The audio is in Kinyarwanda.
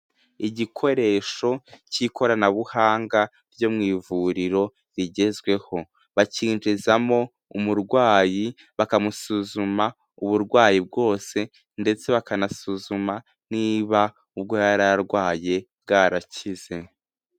Igikoresho cy'ikoranabuhanga ryo mu ivuriro rigezweho bakinjizamo umurwayi bakamusuzuma uburwayi bwose ndetse bakanasuzuma niba ubwo yari arwaye bwarakize.